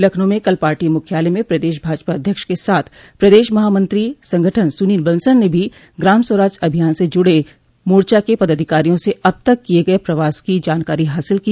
लखनऊ में कल पार्टी मुख्यालय में प्रदेश भाजपा अध्यक्ष के साथ प्रदेश महामंत्री संगठन सुनील बंसल ने भी ग्राम स्वराज अभियान से जुड़े मोर्चा के पदाधिकारियों से अब तक किये गये प्रवास की जानकारी हासिल की